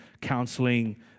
counseling